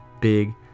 big